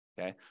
okay